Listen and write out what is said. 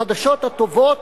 החדשות הטובות,